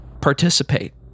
participate